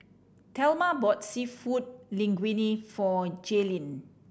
Thelma bought Seafood Linguine for Jaylynn